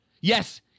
Yes